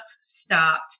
stopped